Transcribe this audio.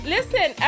Listen